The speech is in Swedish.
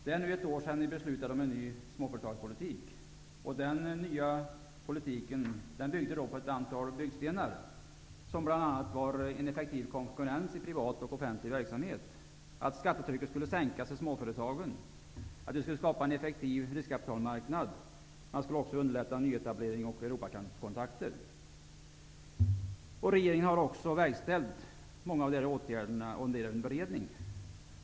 Det är nu ett år sedan vi beslutade om en ny småföretagspolitik, som vilar på ett antal byggstenar: en effektiv konkurrens i privat och offentlig verksamhet, att en effektiv riskkapitalmarknad skapas, att nyetablering och Europakontakter underlättas. Regeringen har genomfört många av de här åtgärderna, och en del är under beredning.